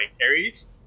carries